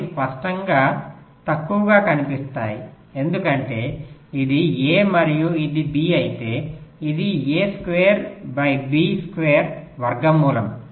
అవి స్పష్టంగా తక్కువగా కనిపిస్తాయి ఎందుకంటే ఇది a మరియు ఇది b అయితే ఇది a square by b square వర్గమూలం